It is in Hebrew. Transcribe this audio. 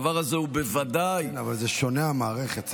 הדבר הזה הוא בוודאי, אבל המערכת שונה.